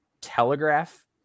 telegraph